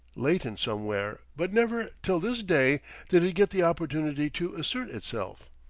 latent somewhere, but never till this day did it get the opportunity to assert itself.